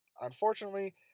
unfortunately